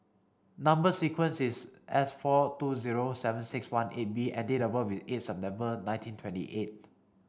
number sequence is S four two zero seven six one eight B and date of birth is eight September nineteen twenty eight